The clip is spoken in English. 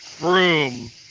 room